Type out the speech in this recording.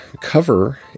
cover